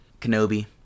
Kenobi